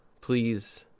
please